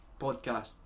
podcast